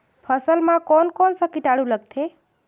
फसल मा कोन कोन सा कीटाणु लगथे?